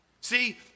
See